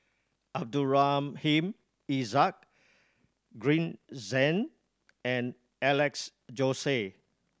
Abdul Rahim Ishak Green Zeng and Alex Josey